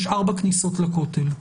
יש ארבע כניסות לכותל.